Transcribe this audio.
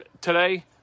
today